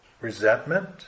resentment